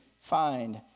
find